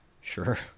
Sure